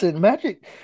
magic